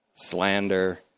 slander